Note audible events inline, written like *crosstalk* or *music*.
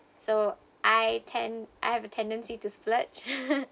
so I tend I have a tendency to splurge *laughs*